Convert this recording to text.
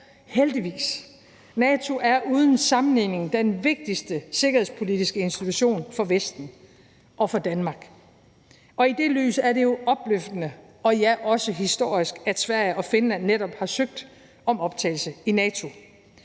heldigvis. NATO er uden sammenligning den vigtigste sikkerhedspolitiske institution for Vesten og for Danmark, og i det lys er det jo opløftende og ja, også historisk, at Sverige og Finland netop har søgt om optagelse i NATO.